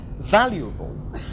valuable